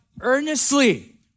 earnestly